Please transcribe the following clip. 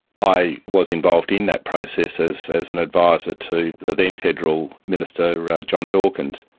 i was involved in that process as as an adviser to the then federal minister john dawkins.